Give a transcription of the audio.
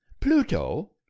Pluto